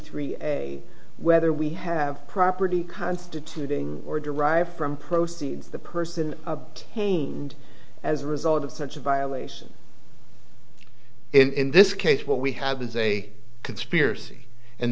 three whether we have property constituting or derived from proceeds the person chained as a result of such a violation in this case what we have is a conspiracy and